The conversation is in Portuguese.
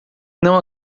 não